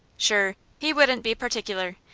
shure, he wouldn't be particular.